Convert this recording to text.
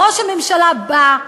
ראש הממשלה בא,